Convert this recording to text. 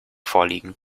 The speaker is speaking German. vorliegen